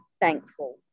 thankful